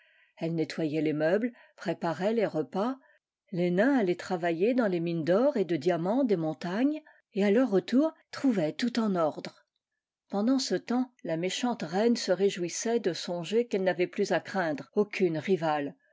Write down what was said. elle nettoyait les meubles préparait les repas les nains allaient travailler dans les mines d'or et de diamants des montagnes et à leur retour trouvaient tout en ordre pendant ce temps la méchante reine se réjouissait de songer qu'elle n'avait plus à craindre aucune rivale